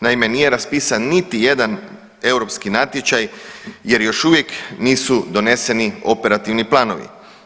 Naime, nije raspisan niti jedan europski natječaj jer još uvijek nisu doneseni operativni planovi.